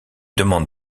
demandes